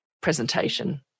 presentation